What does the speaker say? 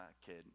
kid